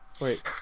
Wait